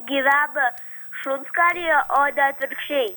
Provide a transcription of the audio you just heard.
gyvena šuns kailyje o ne atvirkščiai